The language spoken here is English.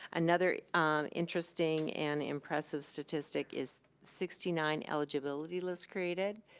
another interesting and impressive statistic is sixty nine eligibility lists created.